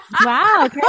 Wow